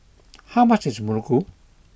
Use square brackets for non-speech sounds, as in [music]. [noise] how much is Muruku